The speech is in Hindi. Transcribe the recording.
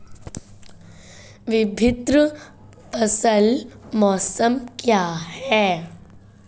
विभिन्न फसल मौसम क्या हैं?